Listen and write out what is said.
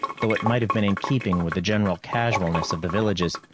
though it might have been in keeping with the general casualness of the villages.